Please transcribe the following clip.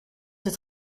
het